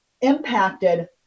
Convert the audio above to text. impacted